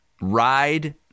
ride